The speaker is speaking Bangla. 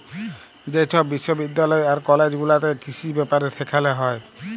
যে ছব বিশ্ববিদ্যালয় আর কলেজ গুলাতে কিসি ব্যাপারে সেখালে হ্যয়